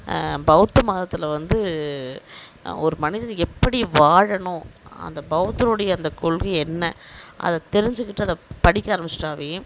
பௌத்த மதத்தில் வந்து ஒரு மனிதன் எப்படி வாழணும் அந்த பௌத்தருடைய அந்த கொள்கை என்ன அதை தெரிஞ்சுக்கிட்டு அதைப் படிக்க ஆரம்மித்திட்டாவே